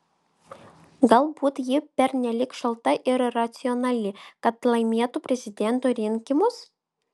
galbūt ji pernelyg šalta ir racionali kad laimėtų prezidento rinkimus